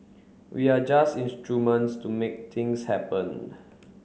we are just instruments to make things happen